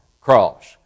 Cross